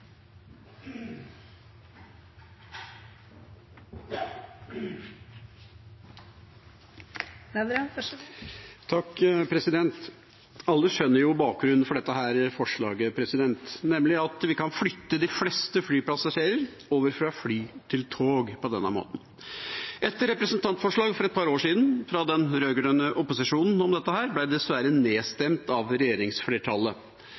bakgrunnen for dette forslaget, nemlig at vi kan flytte de fleste flypassasjerer over fra fly til tog på denne måten. Et representantforslag for et par år siden fra den rød-grønne opposisjonen om dette ble dessverre